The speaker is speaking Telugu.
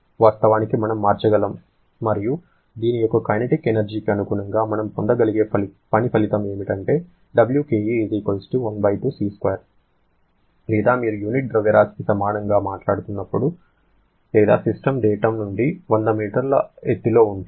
వాస్తవానికి మనం మార్చగలము మరియు దీని యొక్క కైనెటిక్ ఎనర్జీ కి అనుగుణంగా మనం పొందగలిగే పని ఫలితం ఏమిటంటే లేదా మీరు యూనిట్ ద్రవ్యరాశికి సమానంగా మాట్లాడుతున్నట్లయితే లేదా సిస్టమ్ డేటమ్ నుండి 100 మీటర్ల ఎత్తులో ఉంటే